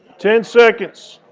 ten seconds.